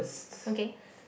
okay